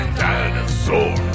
dinosaur